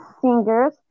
singers